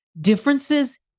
differences